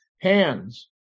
hands